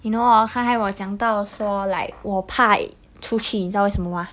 you know orh 刚才我讲到说 like 我怕出去你知道为什么吗